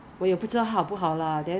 existing member okay